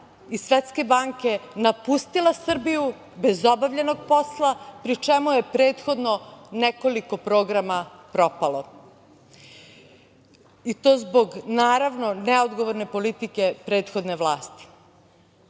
i Svetske banke napustila Srbiju bez obavljenog posla, pri čemu je prethodno nekoliko programa propalo i to zbog, naravno, neodgovorne politike prethodne vlasti. Kada